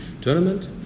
tournament